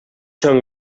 són